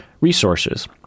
resources